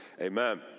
Amen